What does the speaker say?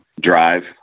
drive